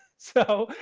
so,